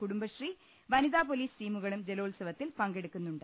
കുടുംബശ്രീ വനിതാപൊലീസ് ടീമുകളും ജലോത്സവത്തിൽ പങ്കെടുക്കുന്നുണ്ട്